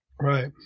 Right